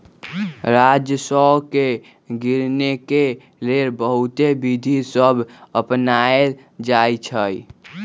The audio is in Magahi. राजस्व के गिनेके लेल बहुते विधि सभ अपनाएल जाइ छइ